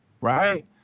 right